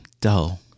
Dull